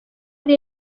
ari